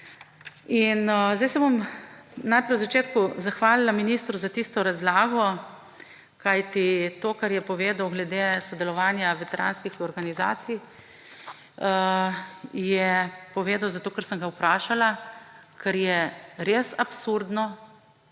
In zdaj se bom najprej v začetku zahvalila ministru za tisto razlago, kajti to, kar je povedal glede sodelovanja veteranskih organizacij, je povedal zato, ker sem ga vprašala, ker je res absurdno